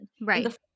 Right